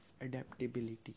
adaptability